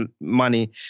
money